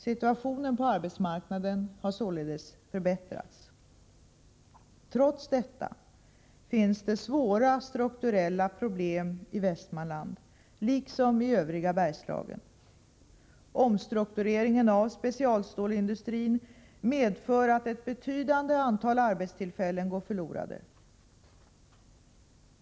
Situationen på arbetsmarknaden har således förbättrats. Trots detta finns svåra strukturella problem i Västmanland, liksom i övriga Bergslagen. Omstruktureringen av specialstålsindustrin medför att ett betydande antal arbetstillfällen går förlorade.